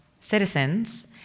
citizens